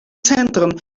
centron